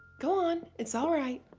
go on, it's all right.